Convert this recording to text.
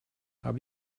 habe